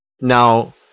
Now